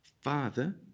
Father